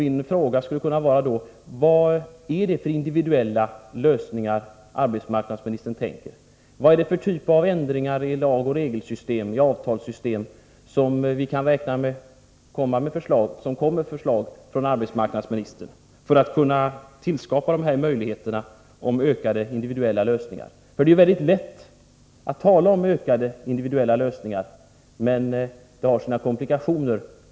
Min fråga skulle kunna vara: Vad är det för individuella lösningar som arbetsmarknadsministern tänker på? Vad är det för typ av ändringar i lag-, regeloch avtalssystem som vi kan räkna med kommer som förslag från arbetsmarknadsministern för att kunna tillskapa möjligheter till sådana individuella lösningar? Det är ju väldigt lätt att tala om individuella lösningar, men det har sina komplikationer.